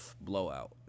Blowout